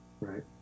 right